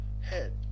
head